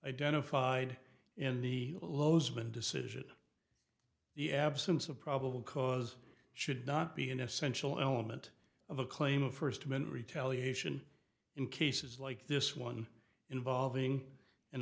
identified in the loz been decision the absence of probable cause should not be an essential element of a claim of first minute retaliation in cases like this one involving an